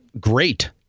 great